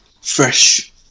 fresh